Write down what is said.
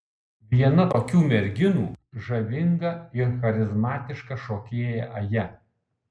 viena tokių merginų žavinga ir charizmatiška šokėja aja